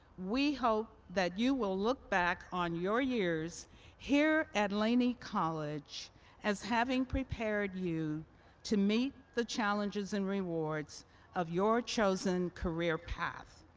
we hope that you will look back on your years here at laney college as having prepared you to meet the challenges and rewards of your chosen career path.